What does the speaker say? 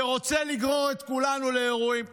ורוצה לגרור את כולנו לאירועים קשים.